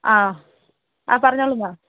ആ ആ പറഞ്ഞോളൂ എന്നാൽ